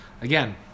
again